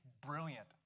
brilliant